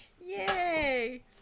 Yay